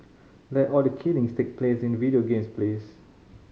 let all the killings take place in video games please